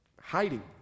hiding